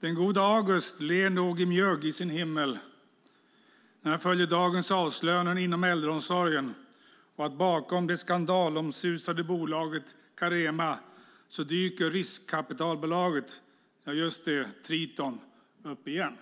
Den gode August ler nog i mjugg i sin himmel när han följer dagens avslöjanden inom äldreomsorgen och ser att bakom det skandalomsusade bolaget Carema dyker riskkapitalbolaget - ja, just det - Triton upp igen.